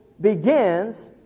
begins